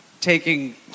taking